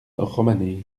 romanée